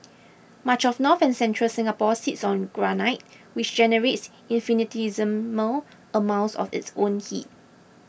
much of north and central Singapore sits on granite which generates infinitesimal amounts of its own heat